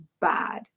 bad